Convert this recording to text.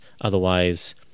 Otherwise